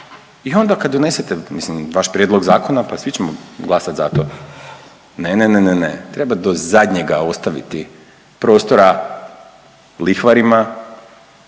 I onda kad donesete mislim vaš prijedlog zakona pa svi ćemo glasati za to. Ne, ne, ne treba do zadnjega ostaviti prostora lihvarima